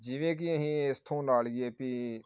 ਜਿਵੇਂ ਕਿ ਅਸੀਂ ਇਸ ਥਾਂ ਲਗਾ ਲਈਏ ਵੀ